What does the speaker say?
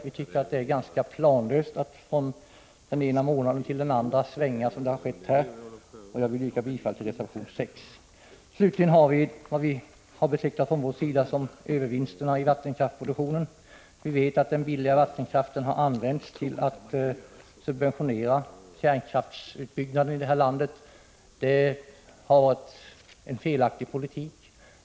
Enligt vår uppfattning är det ganska planlöst att, såsom har skett, svänga från den ena månaden till den andra. Jag yrkar bifall till reservation 6. Slutligen har vi reserverat oss mot vad vi betecknar som övervinsterna i vattenkraftsproduktionen. Vi vet att den billigare vattenkraften har använts till att subventionera kränkraftsutbyggnaden här i landet. Det har varit en felaktig politik.